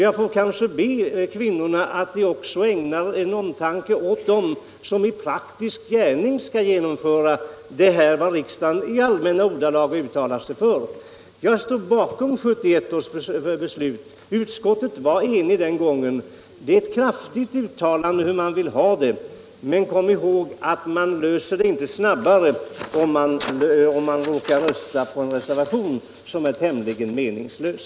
Jag får kanske be kvinnorna att ha dem i åtanke som i praktisk gärning skall genomföra det som riksdagen i allmänna ordalag uttalar sig för. Jag stod bakom 1971 års beslut. Utskottet var enigt den gången. Det är ett kraftigt uttalande om hur vi vill ha det. Man måste komma ihåg att man löser inte problemet snabbare genom att rösta på en reservation som är tämligen meningslös.